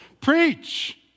Preach